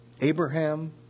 Abraham